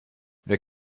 wir